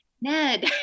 Ned